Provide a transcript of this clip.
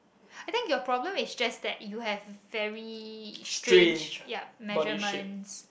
I think your problem is just that you have very strange yup measurement